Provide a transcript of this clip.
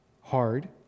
hard